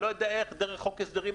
אני לא מזלזל בנתון אחד,